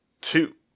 two